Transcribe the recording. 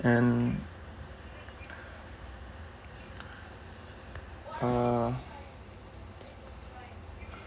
and uh